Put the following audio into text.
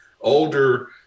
older